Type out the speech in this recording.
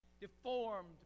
deformed